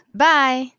Bye